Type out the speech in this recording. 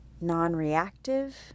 Non-reactive